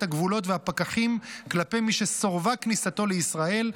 הגבולות והפקחים כלפי מי שסורבה כניסתו לישראל,